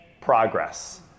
progress